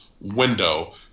window